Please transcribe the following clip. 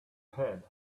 head